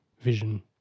Vision